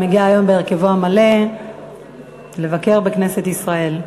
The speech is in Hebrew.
שמגיע היום בהרכבו המלא לבקר בכנסת ישראל.